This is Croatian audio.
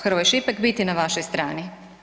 Hrvoj Šipek biti na vašoj strani.